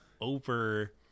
over